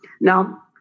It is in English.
Now